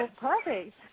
perfect